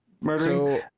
murdering